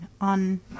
on